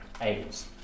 AIDS